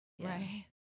Right